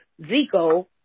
zico